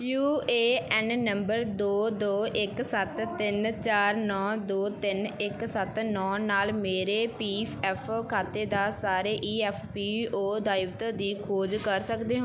you A N number ਦੋ ਦੋ ਇੱਕ ਸੱਤ ਤਿੰਨ ਚਾਰ ਨੌਂ ਦੋ ਤਿੰਨ ਇੱਕ ਸੱਤ ਨੌਂ ਨਾਲ ਮੇਰੇ ਪੀਫ ਐੱਫ ਖਾਤੇ ਦਾ ਸਾਰੇ ਈ ਐੱਫ ਪੀ ਓ ਦਾਇਵਤ ਦੀ ਖੋਜ ਕਰ ਸਕਦੇ ਹੋ